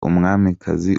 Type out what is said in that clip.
umwamikazi